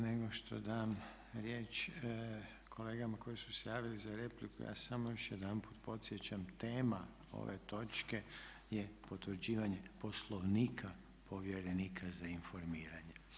Prije nego što dam riječ kolegama koji su se javili za repliku ja samo još jedanput podsjećam tema ove točke je potvrđivanje Poslovnika povjerenika za informiranje.